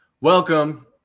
Welcome